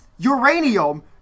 Uranium